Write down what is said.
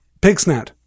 Pigsnat